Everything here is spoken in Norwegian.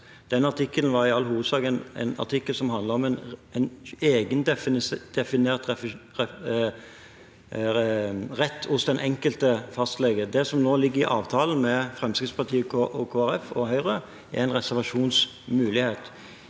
Den artikkelen var i all hovedsak en artikkel som handlet om en egendefinert rett hos den enkelte fastlege. Det som nå ligger i avtalen mellom Fremskrittspartiet, Kristelig Folkeparti og Høyre, er en reservasjonsmulighet.